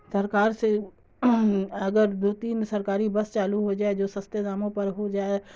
سرکار سے اگر دو تین سرکاری بس چالو ہو جائے جو سستے داموں پر ہو جائے